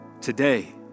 today